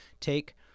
take